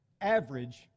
average